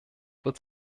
wird